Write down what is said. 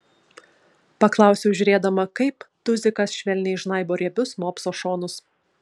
paklausiau žiūrėdama kaip tuzikas švelniai žnaibo riebius mopso šonus